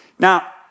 Now